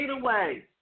away